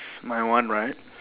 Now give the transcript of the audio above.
my one right